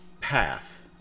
path